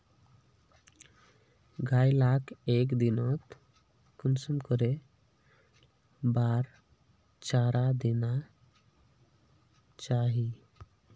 गाय लाक एक दिनोत कुंसम करे बार चारा देना चही?